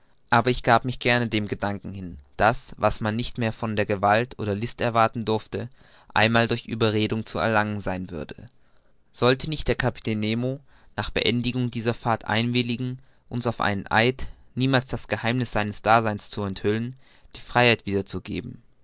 aber ich gab mich gerne dem gedanken hin daß was man nicht mehr von der gewalt oder list erwarten durfte einmal durch ueberredung zu erlangen sein würde sollte nicht der kapitän nemo nach beendigung die ser fahrt einwilligen uns auf einen eid niemals das geheimniß seines daseins zu enthüllen die freiheit wieder